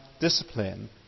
discipline